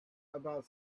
about